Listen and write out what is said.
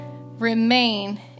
remain